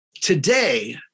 Today